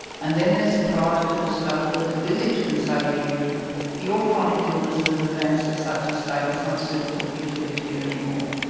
and then they're surprised to discover that the village can say to you your chronic illness has advanced to such a state it's not suitable for you to live here any more,